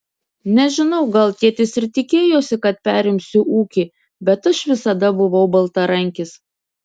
nežinau gal tėtis ir tikėjosi kad perimsiu ūkį bet aš visada buvau baltarankis